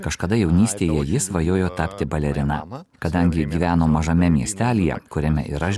kažkada jaunystėje ji svajojo tapti balerina kadangi gyveno mažame miestelyje kuriame ir aš